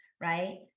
right